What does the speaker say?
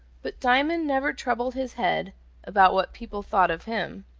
but diamond never troubled his head about what people thought of him.